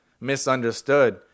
misunderstood